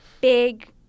big